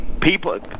people